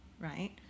right